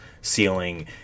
ceiling